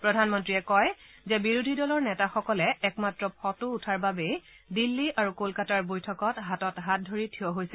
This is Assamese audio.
প্ৰধানমন্ত্ৰীয়ে কয় যে বিৰোধী দলৰ নেতাসকলে একমাত্ৰ ফটো উঠাৰ বাবেই দিল্লী আৰু কলকাতাৰ বৈঠকত হাতত হাত ধৰি থিয় হৈছে